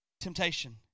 temptation